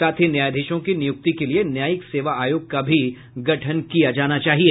साथ ही न्यायाधीशों की नियुक्ति के लिये न्यायिक सेवा आयोग का भी गठन किया जाना चाहिए